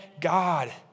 God